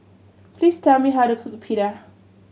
please tell me how to cook Pita